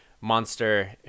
monster